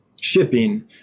shipping